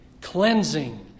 Cleansing